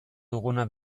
duguna